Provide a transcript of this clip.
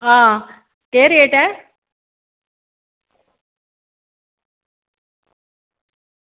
आं केह् रेट ऐ